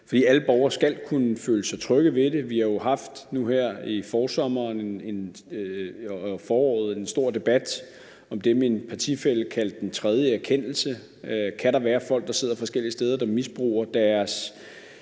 alle borgere skal kunne føle sig trygge ved det. Vi har jo haft nu her i foråret og forsommeren en stor debat om det, min partifælle kaldte den tredje erkendelse: Kan der være folk, der sidder forskellige steder, der misbruger deres